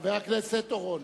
2. חבר הכנסת אורון,